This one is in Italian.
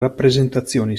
rappresentazioni